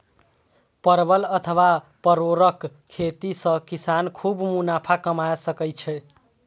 परवल अथवा परोरक खेती सं किसान खूब मुनाफा कमा सकै छै